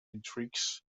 intrigues